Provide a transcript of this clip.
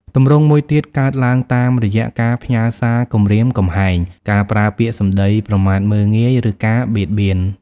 ទម្រង់មួយទៀតកើតឡើងតាមរយៈ ការផ្ញើសារគំរាមកំហែង ការប្រើពាក្យសំដីប្រមាថមើលងាយ ឬការបៀតបៀន។